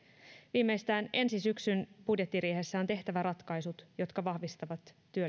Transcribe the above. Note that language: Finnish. viimeistään ensi syksyn budjettiriihessä on tehtävä ratkaisut jotka vahvistavat